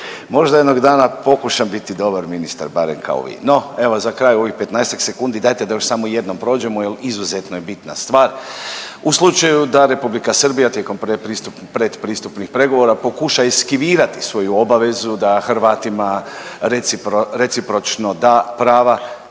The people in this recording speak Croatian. možda jednog dana pokušam biti dobar ministar barem kao vi. No, za kraj, u ovih 15-ak sekundi, dajte da još samo jednom prođemo jer izuzetno je bitna stvar, u slučaju da R. Srbija tijekom pretpristupnih pregovora pokuša eskivirati svoju obavezu da Hrvatima recipročno da prava,